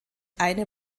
eine